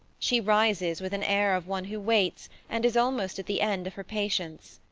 she rises with an air of one who waits, and is almost at the end of her patience.